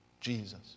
Jesus